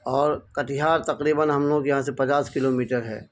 اور کٹھیار تقریباً ہم لوگ یہاں سے پچاس کلو میٹر ہے